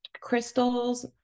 crystals